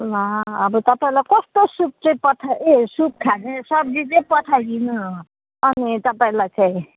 ला अब तपाईँलाई कस्तो सुप चाहिँ पठाइ ए सुप खाने सब्जी चाहिँ पठाइदिनु अनि तपाईँलाई चाहिँ